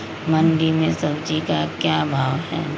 मंडी में सब्जी का क्या भाव हैँ?